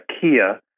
Kia